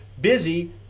busy